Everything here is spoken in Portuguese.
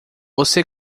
você